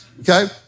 Okay